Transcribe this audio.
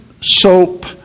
soap